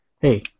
hey